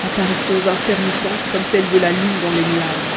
apparitions intermittentes comme celle de la lune dans les nuages